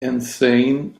insane